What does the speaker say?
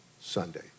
Sunday